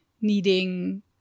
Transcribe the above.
needing